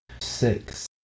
six